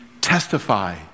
testify